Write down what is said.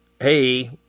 hey